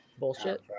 Bullshit